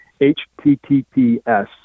HTTPS